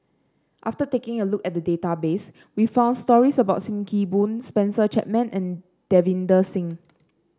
after taking a look at the database we found stories about Sim Kee Boon Spencer Chapman and Davinder Singh